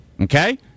okay